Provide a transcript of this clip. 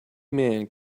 man